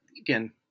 again